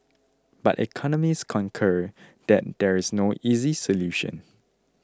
but economists concur that there is no easy solution